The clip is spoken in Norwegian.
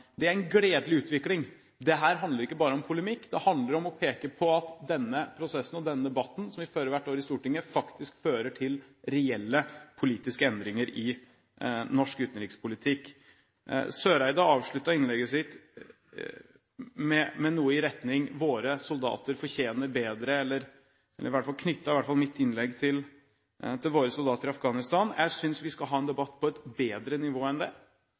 Det er en gledelig utvikling. Dette handler ikke bare om polemikk, det handler om å peke på at denne prosessen og denne debatten som vi fører hvert år i Stortinget, faktisk fører til reelle politiske endringer i norsk utenrikspolitikk. Eriksen Søreide avsluttet innlegget sitt med noe i retning av at våre soldater fortjener bedre. Hun knyttet i hvert fall mitt innlegg til våre soldater i Afghanistan. Jeg synes vi skal ha en debatt på et bedre nivå enn det,